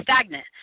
stagnant